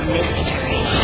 Mystery